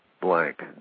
blank